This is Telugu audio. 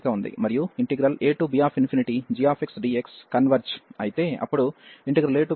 k0 అయితే మనకు మరియొక చేరిక ఉంది మరియు abgxdx కన్వెర్జ్ అయితే అప్పుడు abfxdx కన్వెర్జ్ అవుతుంది